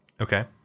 Okay